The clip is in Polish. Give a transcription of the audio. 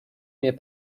mnie